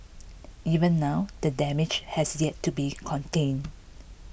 even now the damage has yet to be contained